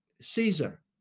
Caesar